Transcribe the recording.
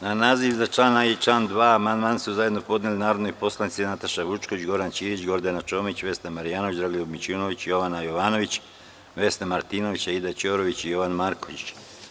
Na naziv iznad člana i član 2. amandman su zajedno podneli narodni poslanici Nataša Vučković, Goran Ćirić, Gordana Čomić, Vesna Marjanović, Dragoljub Mićunović, Jovana Jovanović, Vesna Martinović, Aida Ćorović i Jovan Marković.